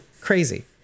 crazy